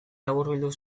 laburbildu